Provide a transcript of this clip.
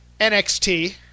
NXT